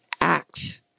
act